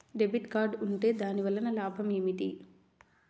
Debit card ఉంటే దాని వలన లాభం ఏమిటీ?